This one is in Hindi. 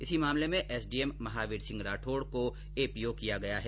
इसी मामले में एसडीएम महावीर सिंह राठौड़ का एपीओ किया गया है